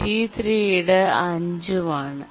T3 ന്റെ മുൻഗണന 5 ഉം ആണ്